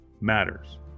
matters